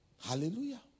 Hallelujah